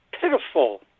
pitiful